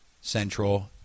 Central